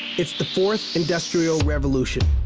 it's the fourth industrial revolution.